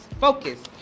focus